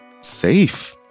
safe